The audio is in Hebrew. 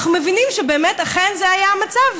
אנחנו מבינים שבאמת אכן זה היה המצב,